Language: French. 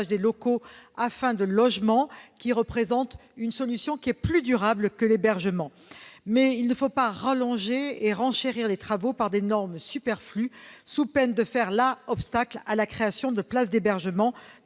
des locaux à des fins de logement, ce qui représente une solution plus durable que l'hébergement. Toutefois, il ne faut pas rallonger et renchérir les travaux par des normes superflues, sous peine de faire obstacle à la création de places d'hébergement.